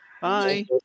Bye